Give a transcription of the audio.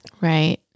Right